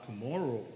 tomorrow